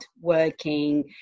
working